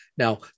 Now